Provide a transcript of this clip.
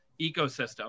ecosystem